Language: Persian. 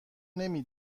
نمی